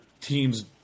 teams